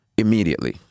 Immediately